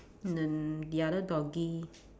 then the other doggy